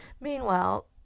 meanwhile